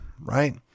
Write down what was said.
Right